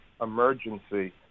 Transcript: emergency